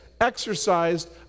exercised